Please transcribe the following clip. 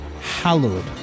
Hallowed